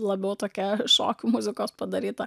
labiau tokia šokių muzikos padaryta